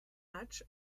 match